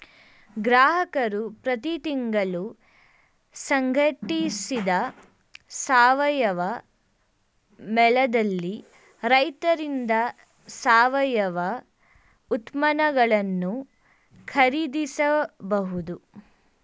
ಗ್ರಾಹಕರು ಪ್ರತಿ ತಿಂಗಳು ಸಂಘಟಿಸಿದ ಸಾವಯವ ಮೇಳದಲ್ಲಿ ರೈತರಿಂದ ಸಾವಯವ ಉತ್ಪನ್ನಗಳನ್ನು ಖರೀದಿಸಬಹುದು